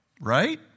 Right